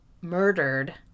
murdered